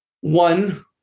One